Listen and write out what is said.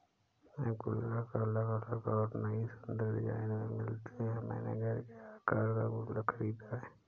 अब गुल्लक अलग अलग और नयी सुन्दर डिज़ाइनों में मिलते हैं मैंने घर के आकर का गुल्लक खरीदा है